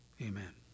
Amen